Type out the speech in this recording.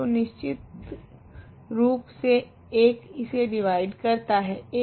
तो निश्चितरूप से 1 इसे डिवाइड करता है